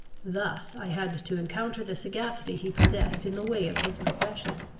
thus i had to encounter the sagacity he possessed in the way of his profession,